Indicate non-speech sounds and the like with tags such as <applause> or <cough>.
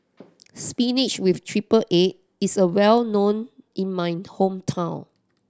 <noise> spinach with triple egg is a well known in my hometown